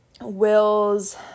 Will's